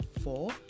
four